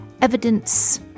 evidence